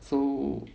so